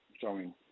showing